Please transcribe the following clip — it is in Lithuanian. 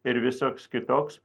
ir visoks kitoks